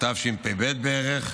תשפ"ב בערך,